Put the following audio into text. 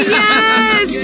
yes